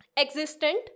existent